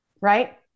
right